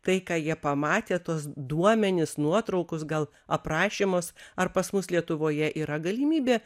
tai ką jie pamatė tuos duomenis nuotraukus gal aprašymus ar pas mus lietuvoje yra galimybė